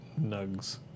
nugs